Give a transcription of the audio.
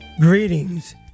Greetings